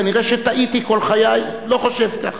כנראה טעיתי כל חיי, לא חושב ככה.